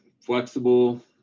flexible